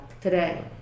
today